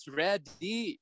ready